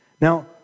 Now